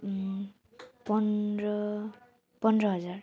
पन्ध्र पन्ध्र हजार